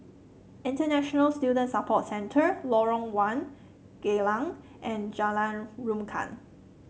International Student Support Centre Lorong One Geylang and Jalan Rukam